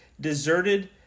deserted